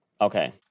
Okay